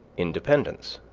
independence,